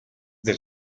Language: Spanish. del